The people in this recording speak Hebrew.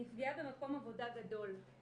היא נפגעה במקום עבודה גדול.